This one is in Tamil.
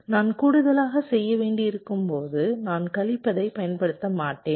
நான் கூடுதலாக செய்ய வேண்டியிருக்கும் போது நான் கழிப்பதைப் பயன்படுத்த மாட்டேன்